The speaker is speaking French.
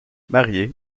marié